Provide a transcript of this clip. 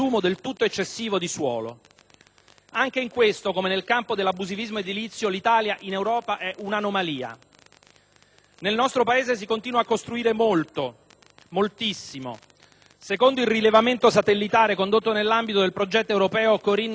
Anche in questo, come nel campo dell'abusivismo edilizio, l'Italia in Europa è un'anomalia. Nel nostro Paese si continua a costruire moltissimo: secondo il rilevamento satellitare condotto nell'ambito del progetto europeo Corine Land Cover 2000,